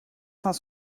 cent